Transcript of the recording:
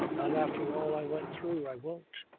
not after all i went through. i won't.